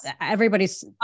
everybody's